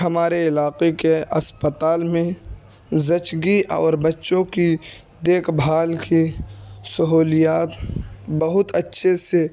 ہمارے علاقے كے اسپتال میں زچگی اور بچّوں كی دیكھ بھال كے سہولیات بہت اچّھے سے